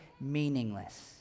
meaningless